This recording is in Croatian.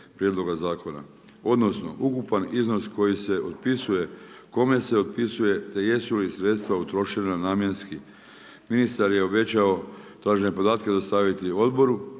prijedloga zakona. Odnosno, ukupan iznos koji se otpisuje, kome se otpisuje, te jesu li sredstva utrošena namjenski. Ministar je obećao tražene podatke dostaviti odboru,